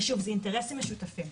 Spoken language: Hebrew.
ושוב, אלו אינטרסים משותפים.